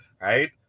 right